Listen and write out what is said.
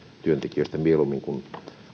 työntekijöistä mieluummin kuin